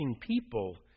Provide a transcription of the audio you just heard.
people